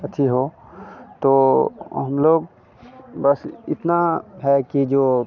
अच्छी हो तो हम लोग बस इतना है कि जो